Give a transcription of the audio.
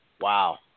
wow